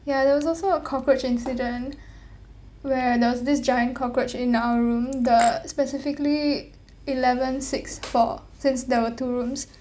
ya there was also a cockroach incident where there was this giant cockroach in our room the specifically eleven six four since there were two rooms